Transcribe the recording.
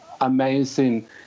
amazing